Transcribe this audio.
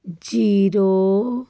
zero